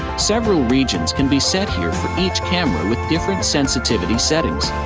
several regions can be set here for each camera with different sensitivity settings.